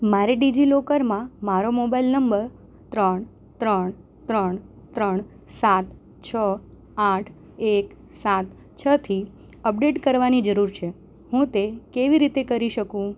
મારે ડિજિલોકરમાં મારો મોબાઇલ નંબર ત્રણ ત્રણ ત્રણ ત્રણ સાત છ આઠ એક સાત છથી અપડેટ કરવાની જરૂર છે હું તે કેવી રીતે કરી શકું